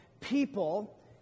People